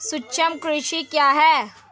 सूक्ष्म कृषि क्या है?